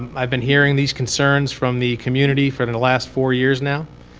i've been hearing these concerns from the community for and the last four years now.